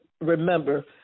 remember